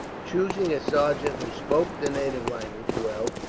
choosing a sergeant who spoke the native language well,